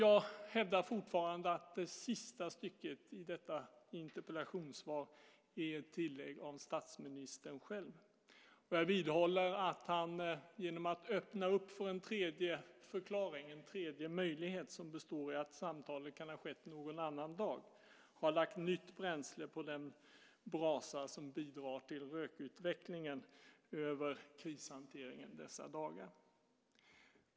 Jag hävdar fortfarande att det sista stycket i detta interpellationssvar är ett tillägg av statsministern själv. Jag vidhåller att han, genom att öppna för en tredje förklaring, en tredje möjlighet, som består i att samtalet kan ha skett någon annan dag, har lagt nytt bränsle på den brasa som bidrar till rökutvecklingen över krishanteringen dessa dagar.